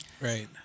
Right